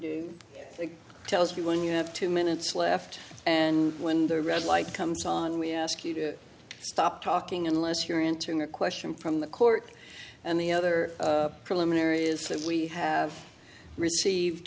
do it tells you when you have two minutes left and when the red light comes on we ask you to stop talking unless you're entering a question from the court and the other preliminary is that we have received